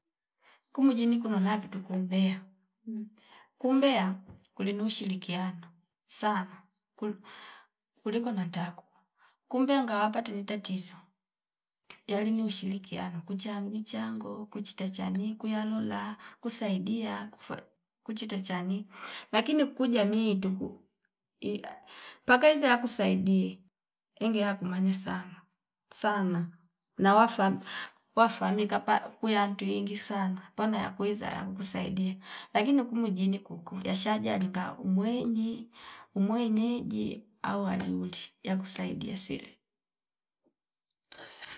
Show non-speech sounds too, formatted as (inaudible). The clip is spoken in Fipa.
Kumu jini kuno na kutuk mbea kumbeya kulinu shirikiana sana kul- kuliku nataaku kumbe angawapa tini tatizo yali ni ushirikiano kucha ni michango kuchita chani kuyalola kusaidia kufa kuchi tachani lakini kujamii tuku (hesitation) pakazie akusaidie inge ya kumanya sana sana nawafa wafamahika pa kuyantu ingi sana pano yakwiza yanku saidia akini kumu jini nkunku yashadia linga umwenyi umwe nyeji au waliuli yakusaidia sire